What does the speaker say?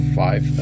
five